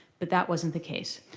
but that wasn't the case.